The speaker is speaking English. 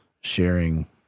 sharing